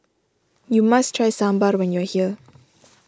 you must try Sambar when you are here